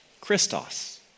Christos